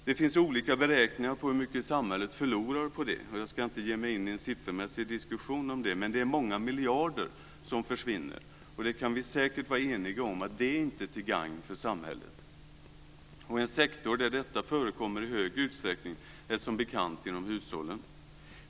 Det finns olika beräkningar av hur mycket samhället förlorar på svartjobb. Jag ska inte ge mig in i en siffermässig diskussion om det, men det är många miljarder kronor som försvinner. Vi kan säkert vara eniga om att det inte är till gagn för samhället. En sektor där detta i stor utsträckning förekommer är, som bekant, hushållssektorn.